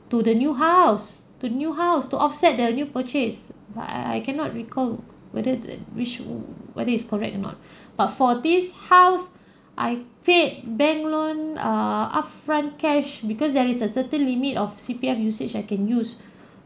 to the new house to new house to offset the new purchase but I I cannot recall whether the which whether it's correct or not but for this house I paid bank loan err upfront cash because there is a certain limit of C_P_F usage I can use